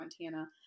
Montana